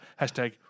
Hashtag